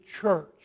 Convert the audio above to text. church